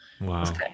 Wow